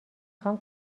خوام